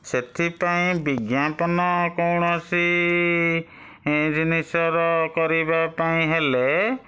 ସେଥିପାଇଁ ବିଜ୍ଞାପନ କୌଣସି ଜିନିଷର କରିବା ପାଇଁ ହେଲେ